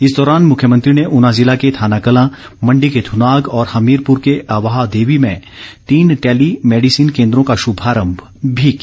इस दौरान मुख्यमंत्री ने ऊना जिला के थाना कलां मण्डी के थुनाग और हमीरपुर के अवाहदेवी में तीन टेली मेडिसिन केन्द्रों को शुभारम्भ भी किया